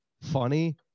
funny